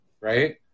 Right